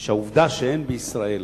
שהעובדה שאין בישראל